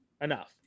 enough